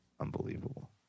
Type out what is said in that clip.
Unbelievable